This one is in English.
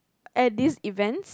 at this event